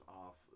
off